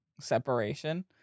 separation